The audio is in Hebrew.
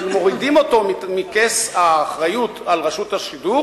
מורידים אותו מכס האחריות לרשות השידור